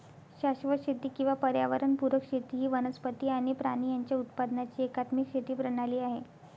शाश्वत शेती किंवा पर्यावरण पुरक शेती ही वनस्पती आणि प्राणी यांच्या उत्पादनाची एकात्मिक शेती प्रणाली आहे